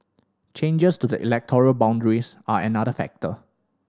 changes to the electoral boundaries are another factor